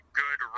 good